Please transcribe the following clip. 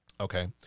Okay